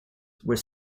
were